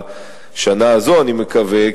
בשנה הזאת אני מקווה,